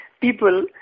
people